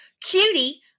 cutie